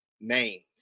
names